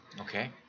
Okay